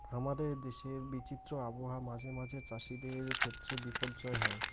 হামাদের দেশের বিচিত্র আবহাওয়া মাঝে মাঝে চ্যাসিদের ক্ষেত্রে বিপর্যয় হই